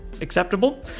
acceptable